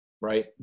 right